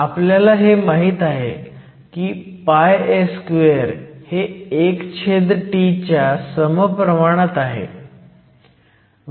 आपल्याला हे माहीत आहे की a2 हे 1T च्या सम प्रमाणात आहे